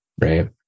Right